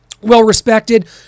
Well-respected